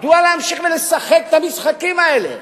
מדוע להמשיך לשחק את המשחקים האלה?